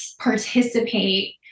participate